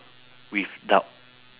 rebelled